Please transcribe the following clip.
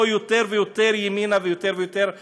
יותר ויותר ימינה ויותר ויותר לגזענות.